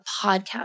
podcast